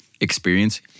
experience